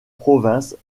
provinces